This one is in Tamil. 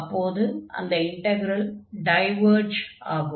அப்போது அந்த இன்டக்ரல் டைவர்ஜ் ஆகும்